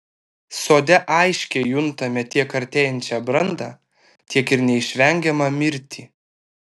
sode aiškiai juntame tiek artėjančią brandą tiek ir neišvengiamą mirtį